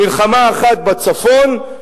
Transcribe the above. מלחמה אחת בצפון,